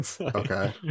okay